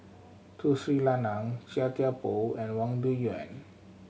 Tun Sri Lanang Chia Thye Poh and Wang Dayuan